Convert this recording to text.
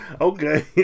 Okay